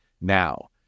now